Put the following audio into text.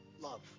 love